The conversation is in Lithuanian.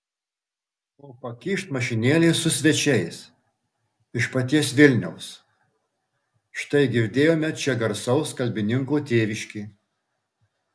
o pakyšt mašinėlė su svečiais iš paties vilniaus štai girdėjome čia garsaus kalbininko tėviškė